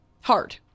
Hard